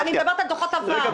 רגע, רגע,